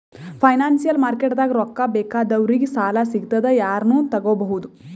financial ಮಾರ್ಕೆಟ್ದಾಗ್ ರೊಕ್ಕಾ ಬೇಕಾದವ್ರಿಗ್ ಸಾಲ ಸಿಗ್ತದ್ ಯಾರನು ತಗೋಬಹುದ್